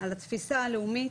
על התפיסה הלאומית,